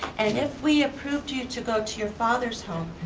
and if we approved you to go to your father's home,